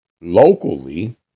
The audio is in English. Locally